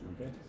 Okay